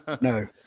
No